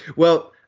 well,